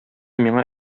миңа